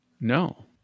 No